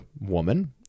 woman